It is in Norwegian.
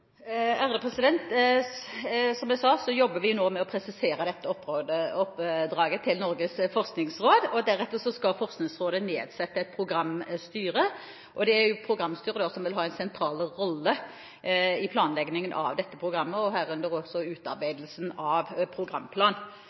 Som jeg sa, jobber vi nå med å presisere dette oppdraget til Norges forskningsråd, og deretter skal Forskningsrådet nedsette et programstyre. Programstyret vil ha en sentral rolle i planleggingen av dette programmet, herunder også utarbeidelsen av programplan.